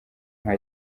nta